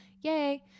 yay